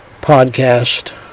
podcast